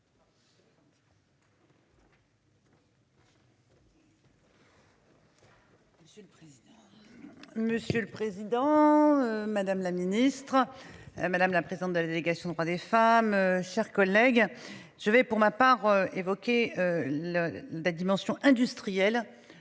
Monsieur le président. Madame la ministre. Madame la présidente de la délégation aux droits des femmes. Chers collègues, je vais pour ma part évoqué le de la dimension industrielle